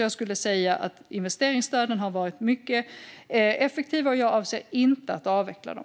Jag skulle säga att investeringsstöden har varit mycket effektiva, och jag avser inte att avveckla dem.